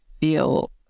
feel